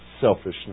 selfishness